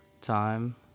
time